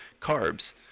carbs